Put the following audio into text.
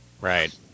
Right